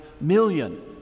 million